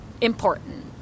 important